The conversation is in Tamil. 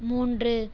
மூன்று